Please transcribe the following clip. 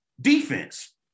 defense